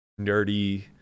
nerdy